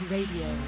Radio